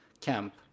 camp